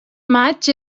maig